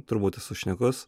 turbūt esu šnekus